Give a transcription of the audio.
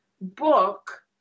book